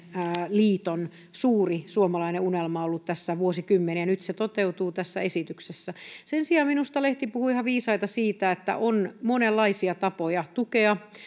liiton suuri suomalainen unelma on ollut tässä vuosikymmeniä ja nyt se toteutuu tässä esityksessä sen sijaan minusta lehti puhui ihan viisaita siitä että on monenlaisia tapoja tukea